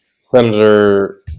senator